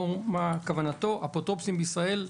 אפוטרופוסים בישראל,